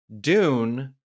Dune